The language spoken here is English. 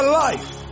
life